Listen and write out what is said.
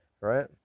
right